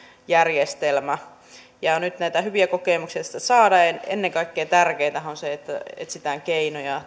järjestelmä nyt näitä hyviä kokemuksia sitten saadaan ennen kaikkea tärkeintähän on se että etsitään keinoja